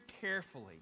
carefully